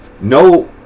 no